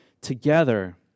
together